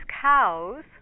cows